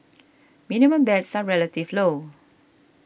minimum bets are relatively low